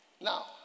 Now